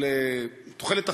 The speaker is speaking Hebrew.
תוחלת החיים,